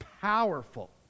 powerful